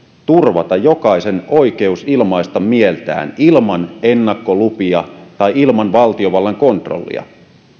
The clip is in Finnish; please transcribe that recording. turvata jokaisen oikeus ilmaista mieltään kipeistäkin aiheista olkoon seksuaalivähemmistöjen asioita tai hallituksen kritiikkiä tai mitä tahansa ilman ennakkolupia tai ilman valtiovallan kontrollia